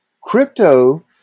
crypto